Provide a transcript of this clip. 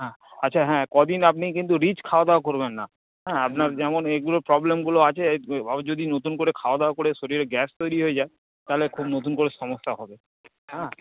হ্যাঁ আচ্ছা হ্যাঁ কদিন আপনি কিন্তু রিচ খাওয়া দাওয়া করবেন না হ্যাঁ আপনার যেমন এইগুলো প্রবলেমগুলো আছে যদি নতুন করে খাওয়া দাওয়া করে শরীরে গ্যাস তৈরি হয়ে যায় তাহলে খুব নতুন করে সমস্যা হবে হ্যাঁ